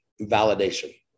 validation